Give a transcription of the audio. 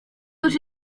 już